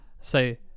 say